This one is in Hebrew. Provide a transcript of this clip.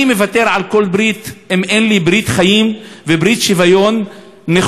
אני מוותר על כל ברית אם אין לי ברית חיים וברית שוויון נכונה,